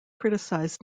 criticized